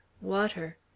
water